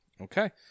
Okay